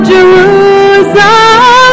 Jerusalem